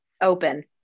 open